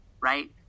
right